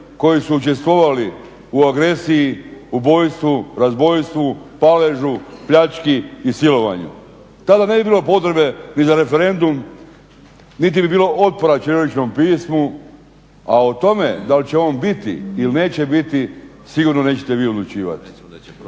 koji su učestvovali u agresiji, ubojstvu, razbojstvu, paležu, pljački i silovanju, tada ne bi bilo potrebe ni za referendum niti bi bilo otpora ćiriličnom pismu, a o tome dal' će on biti ili neće biti, sigurno nećete vi odlučivati.